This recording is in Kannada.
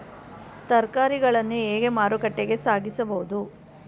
ತರಕಾರಿಗಳನ್ನು ಹೇಗೆ ಮಾರುಕಟ್ಟೆಗೆ ಸಾಗಿಸಬಹುದು?